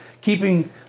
keeping